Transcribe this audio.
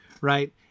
right